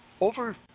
over